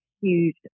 huge